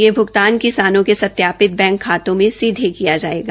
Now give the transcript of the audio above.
यह भुगतान किसानों के सत्यापित बैंक खातों में सीधे किया जाएगा